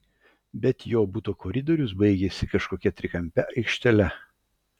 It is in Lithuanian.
bet jo buto koridorius baigėsi kažkokia trikampe aikštele